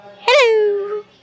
Hello